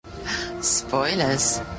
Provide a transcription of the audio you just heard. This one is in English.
Spoilers